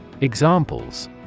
Examples